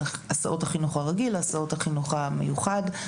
הסעות החינוך הרגיל להסעות החינוך המיוחד.